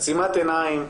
עצימת עיניים,